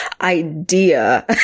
idea